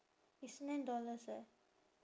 it's nine dollars eh